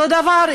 אותו דבר,